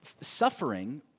Suffering